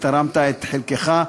תרמת את חלקך,